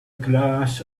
glass